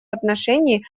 отношении